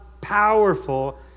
powerful